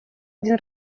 один